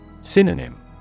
Synonym